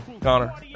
connor